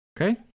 Okay